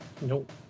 Nope